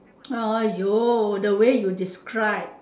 !aiyo! the way you describe